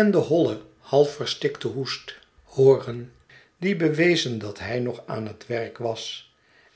en den hollen half verstikten hoest hooren die bewezen dat hij nog aan het werk was